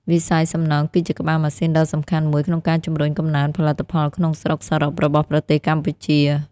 វិស័យសំណង់គឺជាក្បាលម៉ាស៊ីនដ៏សំខាន់មួយក្នុងការជំរុញកំណើនផលិតផលក្នុងស្រុកសរុបរបស់ប្រទេសកម្ពុជា។